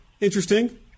Interesting